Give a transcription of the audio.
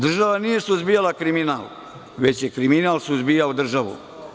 Država nije suzbijala kriminal već je kriminal suzbijao državu.